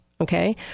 okay